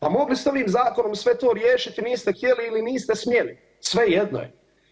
Pa mogli ste ovim zakonom sve to riješiti, niste htjeli ili niste smjeli, svejedno je.